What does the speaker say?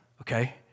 Okay